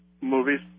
movies